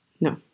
No